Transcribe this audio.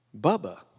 Bubba